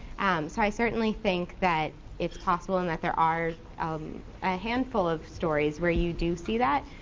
so i certainly think that it's possible and that there are um a handful of stories where you do see that.